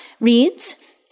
Reads